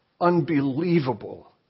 unbelievable